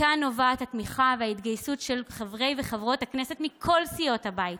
מכאן נובעת התמיכה וההתגייסות של חברי וחברות הכנסת מכל סיעות הבית,